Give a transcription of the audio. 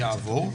יעבור,